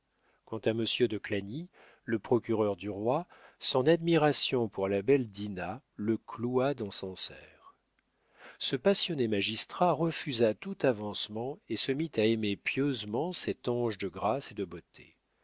quant à monsieur de clagny le procureur du roi son admiration pour la belle dinah le cloua dans sancerre ce passionné magistrat refusa tout avancement et se mit à aimer pieusement cet ange de grâce et de beauté